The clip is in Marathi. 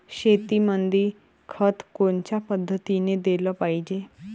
शेतीमंदी खत कोनच्या पद्धतीने देलं पाहिजे?